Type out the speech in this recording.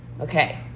Okay